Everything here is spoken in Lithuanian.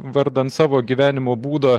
vardan savo gyvenimo būdo